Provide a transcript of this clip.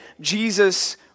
Jesus